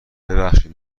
ببخشید